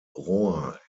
rohr